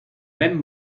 même